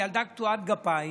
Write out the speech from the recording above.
ילדה קטועת גפיים,